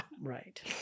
right